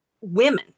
Women